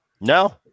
No